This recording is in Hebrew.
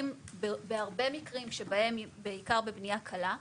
בהרבה מקרים שבהם, בעיקר בבנייה קלה,